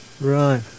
Right